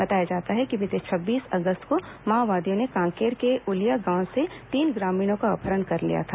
बताया जाता है कि बीते छब्बीस अगस्त को माओवादियों ने कांकेर के उलिया गांव से तीन ग्रामीणों का अपहरण कर लिया था